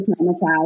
traumatized